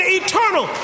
eternal